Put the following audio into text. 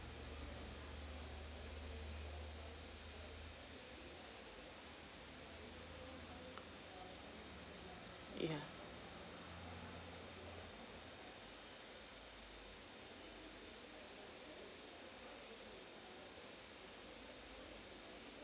yeah